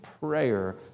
prayer